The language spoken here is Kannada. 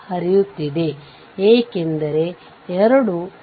ಆದ್ದರಿಂದ ನಮ್ಮ ಪ್ರಮುಖ ಉದ್ದೇಶ ಈಗ VThevenin ಮತ್ತು RThevenin ಅನ್ನು ಕಂಡುಹಿಡಿಯುವುದು